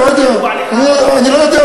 אני לא יודע.